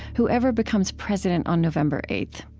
whoever becomes president on november eight.